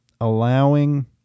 allowing